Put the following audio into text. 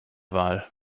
wahl